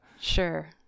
Sure